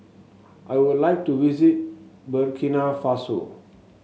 I would like to visit Burkina Faso